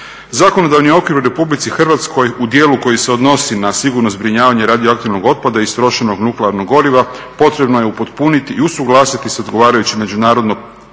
Zakonodavni okvir u Republici Hrvatskoj u dijelu koji se odnosi na sigurno zbrinjavanje radioaktivnog otpada i istrošenog nuklearnog goriva potrebno je upotpuniti i usuglasiti sa odgovarajućim međunarodno priznatim